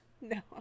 No